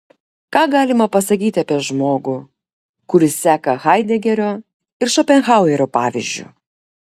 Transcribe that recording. ką galima pasakyti apie žmogų kuris seka haidegerio ir šopenhauerio pavyzdžiu